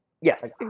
Yes